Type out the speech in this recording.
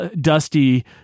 dusty